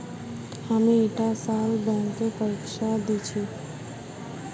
हामी ईटा साल बैंकेर परीक्षा दी छि